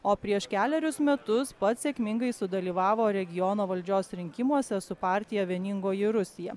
o prieš kelerius metus pats sėkmingai sudalyvavo regiono valdžios rinkimuose su partija vieningoji rusija